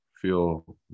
feel